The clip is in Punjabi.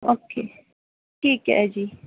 ਠੀਕ ਐ ਜੀ